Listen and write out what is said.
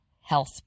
health